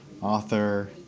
author